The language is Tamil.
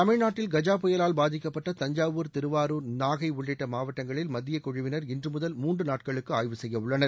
தமிழ்நாட்டில் கஜா புயலால் பாதிக்கப்பட்ட தஞ்சாவூர் திருவாரூர் நாகை உள்ளிட்ட மாவட்டங்களில் மத்திய குழுவினர் இன்றுமுதல் மூன்று நாட்களுக்கு ஆய்வு செய்ய உள்ளனர்